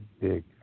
big